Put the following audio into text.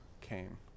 came